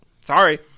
sorry